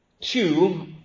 two